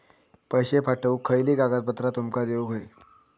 पैशे पाठवुक खयली कागदपत्रा तुमका देऊक व्हयी?